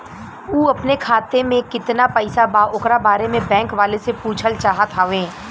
उ अपने खाते में कितना पैसा बा ओकरा बारे में बैंक वालें से पुछल चाहत हवे?